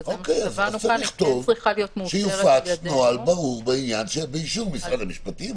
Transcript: ויציאה מחוץ לזה.